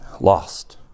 Lost